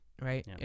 right